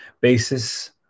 basis